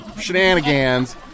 shenanigans